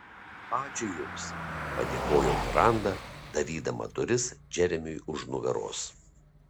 ačiū jums padėkojo miranda darydama duris džeremiui už nugaros